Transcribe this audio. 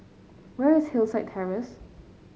where is Hillside Terrace